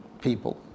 people